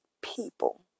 people